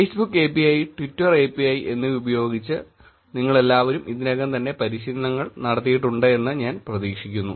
Facebook API Twitter API എന്നിവ ഉപയോഗിച്ച് നിങ്ങൾ എല്ലാവരും ഇതിനകം തന്നെ പരിശീലനങ്ങൾ നടത്തിയിട്ടുണ്ടെന്ന് ഞാൻ പ്രതീക്ഷിക്കുന്നു